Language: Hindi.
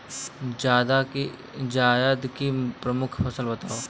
जायद की प्रमुख फसल बताओ